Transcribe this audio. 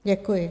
Děkuji.